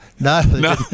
No